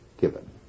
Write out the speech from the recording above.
given